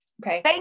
Okay